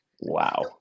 Wow